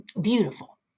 beautiful